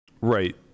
Right